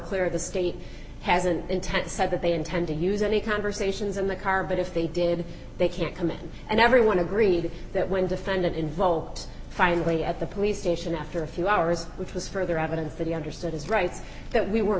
clear the state has an intent said that they intend to use any conversations in the car but if they did they can't come in and everyone agreed that when defendant involved finally at the police station after a few hours which was further evidence that he understood his rights that we were